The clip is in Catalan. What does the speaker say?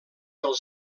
del